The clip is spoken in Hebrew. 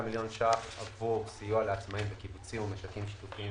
מיליון שקלים למשרד החקלאות לפי הפירוט